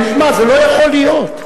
שמע, זה לא יכול להיות.